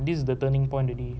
this is the turning point already